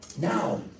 now